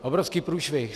Obrovský průšvih.